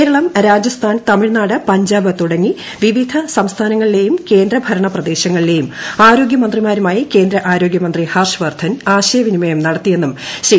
കേരളം രാജസ്ഥാൻ തമിഴ്നാട് പഞ്ചാബ് തുടങ്ങി വിവിധ സംസ്ഥാനങ്ങളിലേയും കേന്ദ്രഭരണ പ്രദേശങ്ങളിലേയും ആരോഗ്യ മന്ത്രിമാരുമായി കേന്ദ്ര ആരോഗ്യമന്ത്രി ഹർഷ് വർദ്ധൻ ആശയ വിനിമയം നടത്തിയെന്നും ശ്രീ